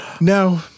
No